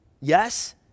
Yes